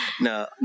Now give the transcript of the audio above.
No